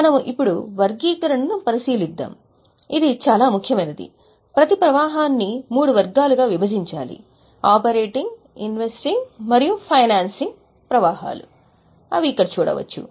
మనము ఇప్పుడు వర్గీకరణను పరిశీలిద్దాము ఇది చాలా ముఖ్యమైనది ప్రతి ప్రవాహాన్ని మూడు వర్గాలుగా విభజించాలి ఆపరేటింగ్ ఇన్వెస్టింగ్ మరియు ఫైనాన్సింగ్ వంటివి ఇక్కడ చూడవచ్చు